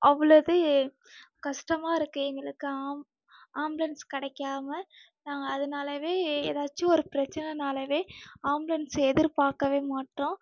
அவ்வளோ இது கஷ்டமாக இருக்குது எங்களுக்கு ஆம் ஆம்புலன்ஸ் கிடைக்காம நாங்கள் அதனாலவே எதாச்சும் ஒரு பிரச்சனைனாலவே ஆம்புலன்ஸை எதிர்பார்க்கவே மாட்டோம்